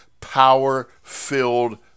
Power-filled